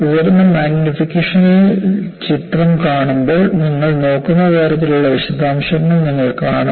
ഉയർന്ന മാഗ്നിഫിക്കേഷനിൽ ചിത്രം കാണുമ്പോൾ നിങ്ങൾ നോക്കുന്ന തരത്തിലുള്ള വിശദാംശങ്ങൾ നിങ്ങൾ കാണും